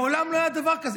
מעולם לא היה דבר כזה,